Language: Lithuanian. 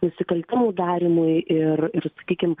nusikaltimų darymui ir ir sakykim